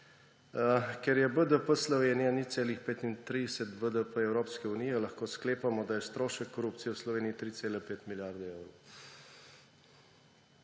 ker je BDP Slovenije 0,35 BDP Evropske unije, lahko sklepamo, da je strošek korupcije v Sloveniji 3,5 milijarde evrov.